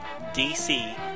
DC